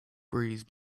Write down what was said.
breeze